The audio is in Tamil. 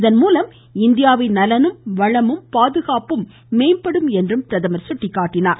இதன்மூலம் இந்தியாவின் நலனும் வளமும் பாதுகாப்பும் மேம்படும் என்று பிரதமர் எடுத்துரைத்தார்